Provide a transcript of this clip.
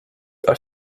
are